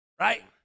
Right